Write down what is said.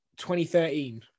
2013